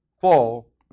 fall